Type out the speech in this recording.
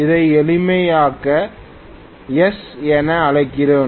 இதை எளிமைக்காக s என அழைக்கிறேன்